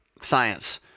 science